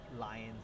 Lions